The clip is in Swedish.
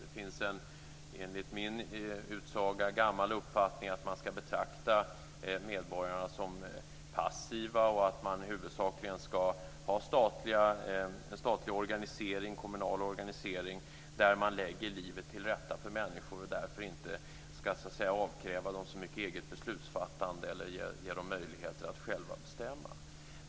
Enligt min utsago finns det en gammal uppfattning att medborgarna ska betraktas som passiva och att det huvudsakligen ska vara en statlig och kommunal organisering där man lägger livet till rätta för människor och därför inte ska avkräva dem så mycket eget beslutsfattande eller ge dem möjligheter att själva bestämma.